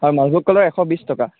হয় মালভোগ কলৰ এশ বিশ টকা